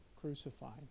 crucified